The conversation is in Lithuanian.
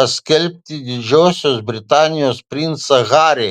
paskelbti didžiosios britanijos princą harį